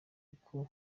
uko